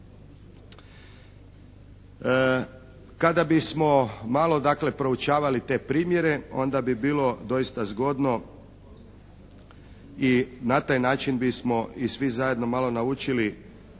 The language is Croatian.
Kada bismo malo dakle proučavali te primjere onda bi bilo doista zgodno i na taj način bismo i svi zajedno malo naučili